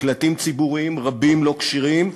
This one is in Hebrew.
מקלטים ציבוריים רבים לא כשירים,